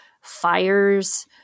fires